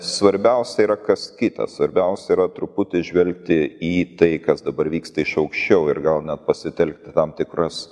svarbiausia yra kas kita svarbiausia yra truputį žvelgti į tai kas dabar vyksta iš aukščiau ir gal net pasitelkti tam tikras